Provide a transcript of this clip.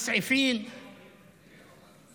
(אומר בערבית: